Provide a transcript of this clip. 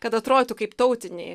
kad atrodytų kaip tautiniai